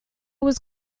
was